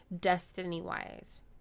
destiny-wise